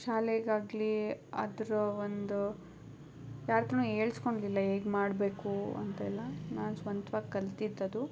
ಶಾಲೆಗಾಗಲಿ ಅದರ ಒಂದು ಯಾರ ಹತ್ರನು ಹೇಳ್ಸ್ಕೊಂಡಿಲ್ಲ ಹೇಗ್ ಮಾಡಬೇಕು ಅಂತೆಲ್ಲ ನಾನು ಸ್ವಂತ್ವಾಗಿ ಕಲ್ತಿದ್ದು ಅದು